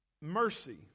mercy